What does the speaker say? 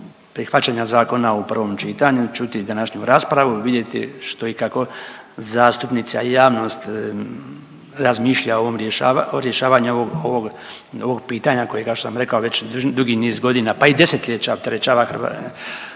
prihvaćanja zakona u prvom čitanju čuti današnju raspravu, vidjeti što i kako zastupnici a i javnost razmišlja o rješavanju ovog pitanja kojega sam rekao već dugi niz godina, pa i desetljeća opterećuje hrvatsko